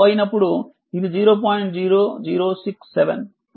0067 అంటే 1 శాతం కన్నా తక్కువ